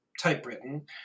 typewritten